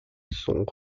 sont